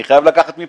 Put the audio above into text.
אני חייב לקחת מפה,